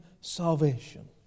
salvation